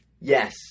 yes